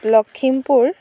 Lakhimpur